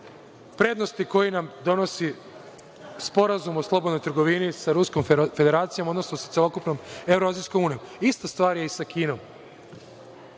prednosti koje nam donosi Sporazum o slobodnoj trgovini sa Ruskom Federacijom, odnosno sa celokupnom Evroazijskom unijom. Ista stvar je i sa Kinom.